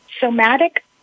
Somatic